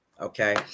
Okay